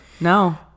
No